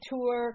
Tour